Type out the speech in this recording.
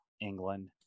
England